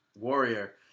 Warrior